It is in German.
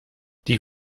die